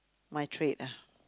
my trait ah